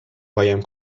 قایم